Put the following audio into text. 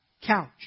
couch